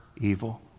evil